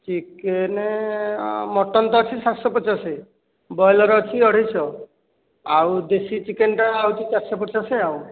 chicken ଆ mutton ତ ଅଛି ସାତଶହ ପଚାଶ ବ୍ରଏଲର ଅଛି ଅଢ଼େଇଶହ ଆଉ ଦେଶୀ ଚିକେନ ଟା ହେଉଛି ଚାରିଶହ ପଚାଶ ଆଉ